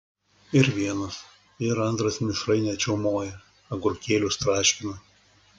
ir vienas ir antras mišrainę čiaumoja agurkėlius traškina